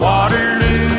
Waterloo